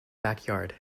backyard